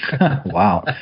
Wow